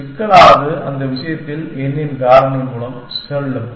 எனவே சிக்கலானது அந்த விஷயத்தில் n இன் காரணி மூலம் செல்லும்